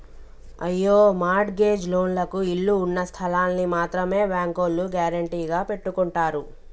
అయ్యో mortgage లోన్లకు ఇళ్ళు ఉన్నస్థలాల్ని మాత్రమే బ్యాంకోల్లు గ్యారెంటీగా పెట్టుకుంటారు